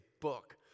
book